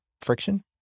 friction